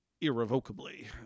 irrevocably